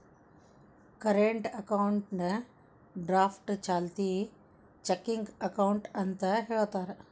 current ಅಕೌಂಟ್ನಾ draft ಚಾಲ್ತಿ checking account ಅಂತ ಹೇಳ್ತಾರ